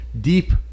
deep